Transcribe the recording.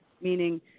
meaning